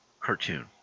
cartoon